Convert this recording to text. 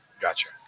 Gotcha